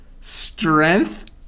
Strength